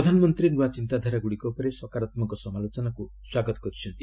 ପ୍ରଧାନମନ୍ତ୍ରୀ ନୂଆ ଚିନ୍ତାଧାରା ଗୁଡ଼ିକ ଉପରେ ସକାରାତ୍ମକ ସମାଲୋଚନାକୁ ସ୍ୱାଗତ କରିଛନ୍ତି